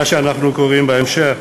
מה שאנחנו קוראים בהמשך